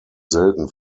selten